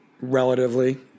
relatively